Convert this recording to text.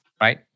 Right